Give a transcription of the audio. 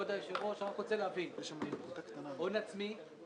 כבוד היושב-ראש, אני רוצה להבין, הון עצמי,